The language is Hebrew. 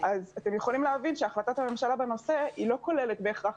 אתם יכולים להבין שהחלטת הממשלה בנושא לא כוללת בהכרח